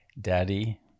Daddy